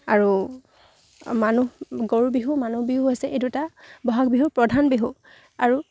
আৰু মানুহ গৰু বিহু মানুহ বিহু হৈছে এই দুটা বহাগ বিহু প্ৰধান বিহু আৰু